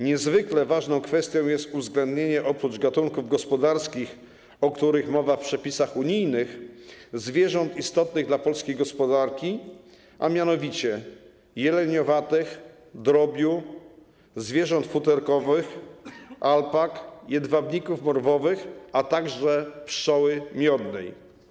Niezwykle ważną kwestią jest uwzględnienie oprócz gatunków gospodarskich, o których mowa w przepisach unijnych, zwierząt istotnych dla polskiej gospodarki, a mianowicie: jeleniowatych, drobiu, zwierząt futerkowych, alpak, jedwabników morwowych, a także pszczoły miodnej.